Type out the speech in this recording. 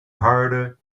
harder